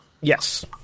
Yes